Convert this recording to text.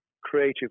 creative